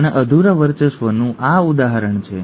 અને અધૂરા વર્ચસ્વનું આ ઉદાહરણ છે